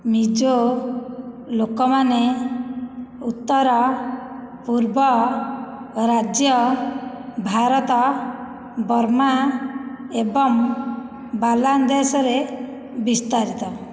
ମିଜୋ ଲୋକମାନେ ଉତ୍ତର ପୂର୍ବ ରାଜ୍ୟ ଭାରତ ବର୍ମା ଏବଂ ବାଂଲାଦେଶରେ ବିସ୍ତାରିତ